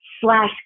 slash